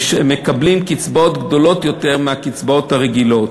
מקבלים קצבאות גדולות יותר מהקצבאות הרגילות.